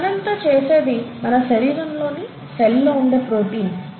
ఈ పని అంతా చేసేది మన శరీరంలో సెల్ లో ఉండే ప్రోటీన్